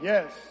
Yes